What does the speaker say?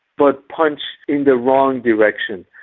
but punch in the wrong direction,